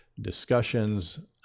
discussions